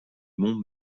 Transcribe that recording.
mont